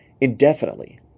indefinitely